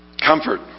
comfort